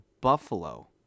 Buffalo